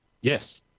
Yes